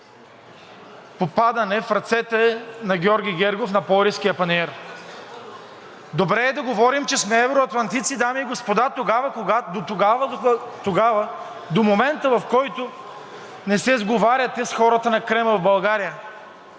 попадане в ръцете на Георги Гергов на Пловдивския панаир. Добре е да говорим, че сме евроатланци, дами и господа, до момента, в който не се сговаряте с хората на Кремъл в България.